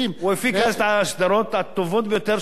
הוא הפיק אז את הסדרות הטובות ביותר שנעשו בישראל.